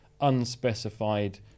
unspecified